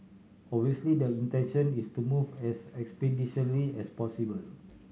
obviously the intention is to move as expeditiously as possible